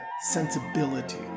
sensibility